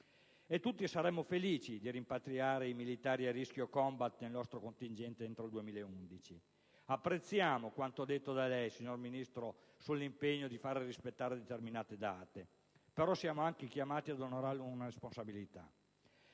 Tutti saremmo felici di rimpatriare i militari a rischio *combat* nel nostro contingente entro il 2011. Apprezziamo quanto detto da lei, signor Ministro, sull'impegno di far rispettare determinate date, ma siamo anche chiamati ad onorare una responsabilità,